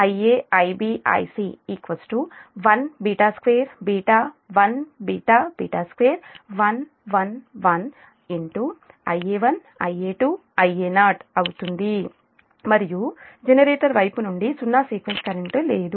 Ia Ib Ic 1 2 1 2 1 1 1 Ia1 Ia2 Ia0 మరియు generator వైపు నుండి సున్నా సీక్వెన్స్ కరెంట్ లేదు